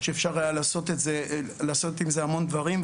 שאפשר היה לעשות עם זה המון דברים,